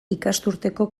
ikasturteko